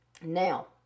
Now